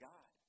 God